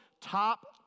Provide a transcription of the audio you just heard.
top